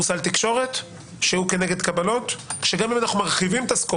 סל תקשורת שהוא כנגד קבלות שגם אם אנחנו מרחיבים את הסקופ